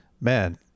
man